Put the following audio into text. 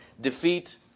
defeat